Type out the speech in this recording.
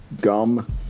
gum